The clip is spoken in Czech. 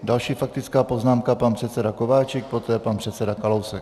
Další faktická poznámka, pan předseda Kováčik, poté pan předseda Kalousek.